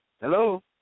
Hello